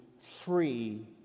free